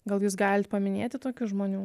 gal jūs galit paminėti tokių žmonių